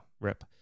Rip